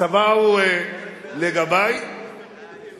גם אז יהיה קרע